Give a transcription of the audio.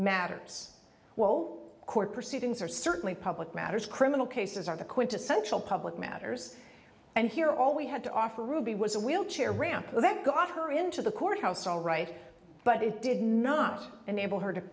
matters while court proceedings are certainly public matters criminal cases are the quintessential public matters and here all we had to offer ruby was a wheelchair ramp that got her into the courthouse all right but it did not enable her to